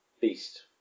beast